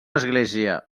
església